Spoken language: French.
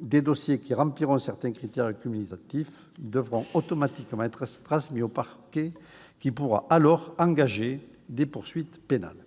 des dossiers qui rempliront certains critères cumulatifs devront automatiquement être transmis au parquet, qui pourra alors engager des poursuites pénales.